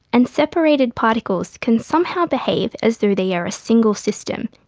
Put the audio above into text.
and separated particles can somehow behave as though they are a single system,